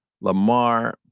Lamar